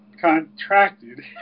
contracted